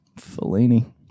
Fellini